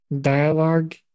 dialogue